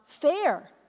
fair